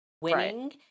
winning